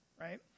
right